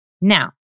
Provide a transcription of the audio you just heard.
Now